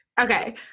Okay